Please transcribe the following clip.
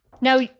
Now